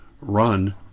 run